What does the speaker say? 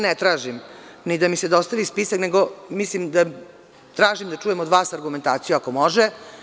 Ne tražim da mi se dostavi spisak, već tražim da čujem od vas argumentaciju, ako može?